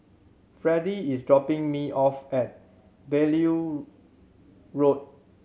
Freddy is dropping me off at Beaulieu Road